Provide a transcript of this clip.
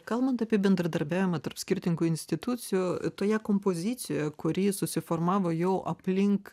kalbant apie bendradarbiavimą tarp skirtingų institucijų toje kompozicijoje kuri susiformavo jau aplink